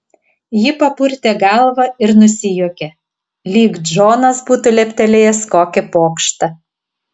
ji papurtė galvą ir nusijuokė lyg džonas būtų leptelėjęs kokį pokštą